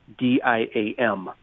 DIAM